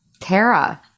Tara